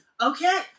Okay